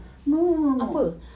no no no no